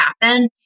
happen